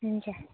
हुन्छ